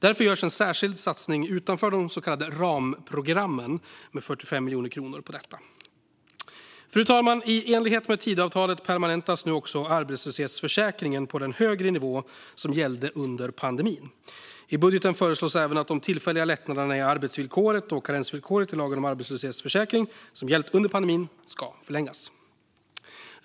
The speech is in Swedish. Därför görs en särskild satsning utanför de så kallade ramprogrammen med 45 miljoner kronor. Fru talman! I enlighet med Tidöavtalet permanentas nu också arbetslöshetsförsäkringen på den högre nivå som gällde under pandemin. I budgeten föreslås även att de tillfälliga lättnaderna i arbetsvillkoret och karensvillkoret i lagen om arbetslöshetsförsäkring som gällt under pandemin ska förlängas.